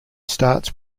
starts